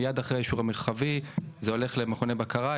מיד אחרי האישור המרחבי זה הולך למכוני בקרה,